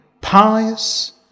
pious